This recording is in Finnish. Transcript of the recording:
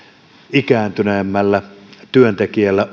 ikääntyneemmällä työntekijällä